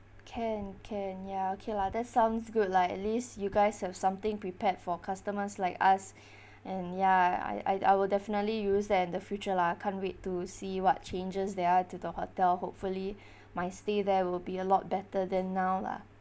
can can ya okay lah that's sounds good lah at least you guys have something prepared for customers like us and ya I I I will definitely use that in the future lah can't wait to see what changes there are to the hotel hopefully my stay there will be a lot better than now lah